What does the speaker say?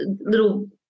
little